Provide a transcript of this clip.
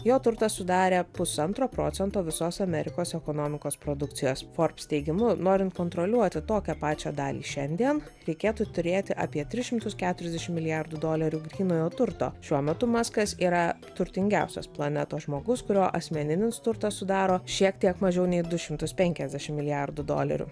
jo turtas sudarė pusantro procento visos amerikos ekonomikos produkcijos forbes teigimu norint kontroliuoti tokią pačią dalį šiandien reikėtų turėti apie tris šimtus keturiasdešim milijardų dolerių grynojo turto šiuo metu maskas yra turtingiausias planetos žmogus kurio asmeninis turtas sudaro šiek tiek mažiau nei du šimtus penkiasdešim milijardų dolerių